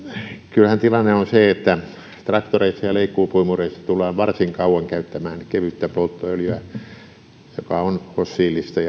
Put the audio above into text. kyllähän tilanne on se että traktoreissa ja leikkuupuimureissa tullaan varsin kauan käyttämään kevyttä polttoöljyä joka on fossiilista